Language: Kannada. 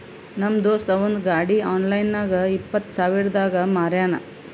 ನಮ್ ದೋಸ್ತ ಅವಂದ್ ಗಾಡಿ ಆನ್ಲೈನ್ ನಾಗ್ ಇಪ್ಪತ್ ಸಾವಿರಗ್ ಮಾರ್ಯಾನ್